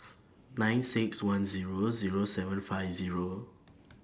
nine six one Zero Zero seven five Zero